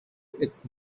its